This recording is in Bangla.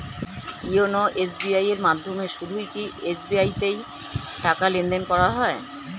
ইওনো এস.বি.আই এর মাধ্যমে শুধুই কি এস.বি.আই তে টাকা লেনদেন করা যায়?